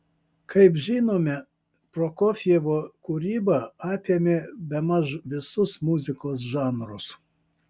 kaip žinome prokofjevo kūryba apėmė bemaž visus muzikos žanrus